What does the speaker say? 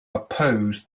oppose